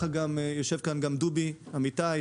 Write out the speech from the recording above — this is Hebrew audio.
יושב כאן גם דובי אמיתי,